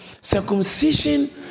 circumcision